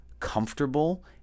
comfortable